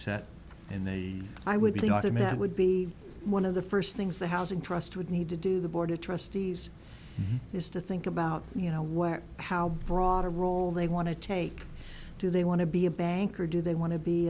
set and then i would be automat would be one of the first things the housing trust would need to do the board of trustees is to think about you know where how broad a role they want to take do they want to be a bank or do they want to be